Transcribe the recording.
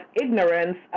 ignorance